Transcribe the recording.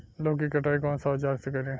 लौकी के कटाई कौन सा औजार से करी?